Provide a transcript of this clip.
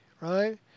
right